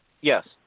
yes